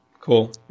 Cool